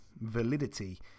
validity